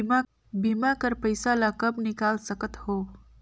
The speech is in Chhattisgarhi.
बीमा कर पइसा ला कब निकाल सकत हो?